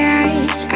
eyes